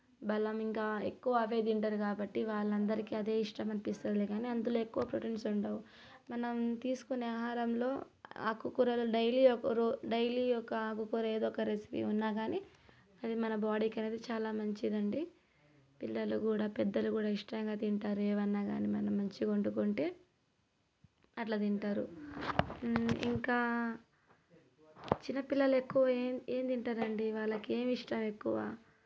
బలం ఇంకా ఎక్కువ అవే తింటారు కాబట్టి వాళ్ళందరికీ అదే ఇష్టం అనిపిస్తుందిలే కానీ అందులో ఎక్కువగా ప్రోటీన్స్ ఉండవు మనం తీసుకునే ఆహారంలో ఆకుకూరలు డైలీ ఒక రో డైలీ ఒక ఆకుకూర ఏదో ఒక రెసిపీ ఉన్నా కానీ అది మన బాడీకి అనేది చాలా మంచిది అండి పిల్లలు కూడా పెద్దలు కూడా ఇష్టంగా తింటారు ఏవైనా కాని మనం మంచిగా వండుకుంటే అట్లా తింటారు ఇంకా చిన్న పిల్లలు ఎక్కువ ఏం ఏం తింటారండీ వాళ్ళకి ఏమి ఇష్టం ఎక్కువ